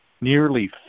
nearly